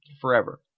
forever